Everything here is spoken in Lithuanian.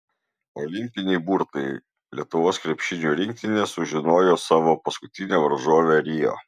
olimpiniai burtai lietuvos krepšinio rinktinė sužinojo savo paskutinę varžovę rio